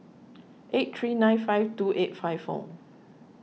eight three nine five two eight five four